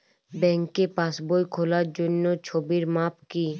ব্যাঙ্কে পাসবই খোলার জন্য ছবির মাপ কী?